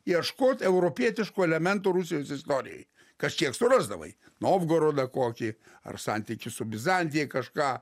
ieškot europietiško elemento rusijos istorijai kažkiek surasdavai novgorodą kokį ar santykį su bizantija kažką